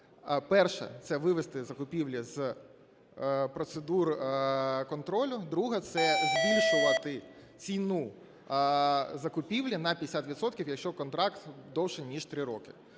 Перша – це вивести закупівлі з процедур контролю, друга – це збільшувати ціну закупівлі на 50 відсотків, якщо контракт довше ніж 3 роки.